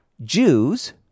Jews